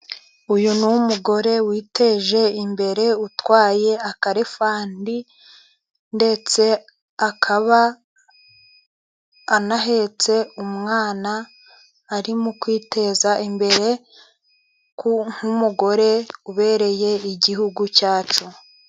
Uyu ni umugore witeje imbere utwaye akarefandi, ndetse akaba anahetse umwana ari mu kwiteza imbere, nk'umugore ubereye igihugu cyacu.